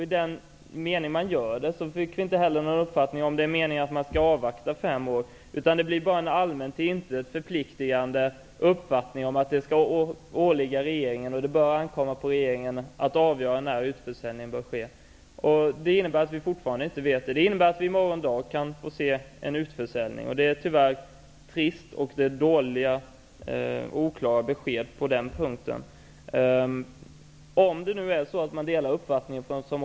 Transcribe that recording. I den mening som man gör det, fick vi inte heller någon uppfattning om huruvida det är meningen att man skall avvakta fem år, utan det blir bara en allmän till intet förpliktigande uppfattning om att det skall ankomma på regeringen att avgöra när utförsäljningen bör ske. Det innebär att vi fortfarande inte vet det. Det innebär alltså att vi i morgon dag kan få se en utförsäljning. Det är tyvärr trist, och det är dåliga och oklara besked på den punkten.